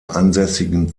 ansässigen